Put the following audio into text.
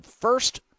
first